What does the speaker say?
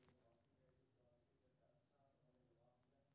net banking के माध्यम सं एन.ई.एफ.टी कैल जा सकै छै